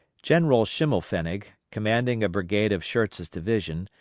general schimmelpfennig, commanding a brigade of schurz's division,